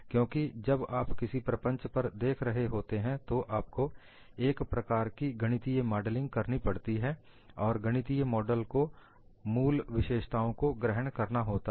क्योंकि जब आप किसी प्रपंच पर देख रहे होते हैं तो आपको एक प्रकार की गणितीय मॉडलिंग करनी पड़ती है और गणितीय मॉडल को मूल विशेषताओं को ग्रहण करना होता है